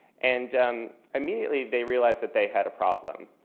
and um immediately they realized that they had a problem.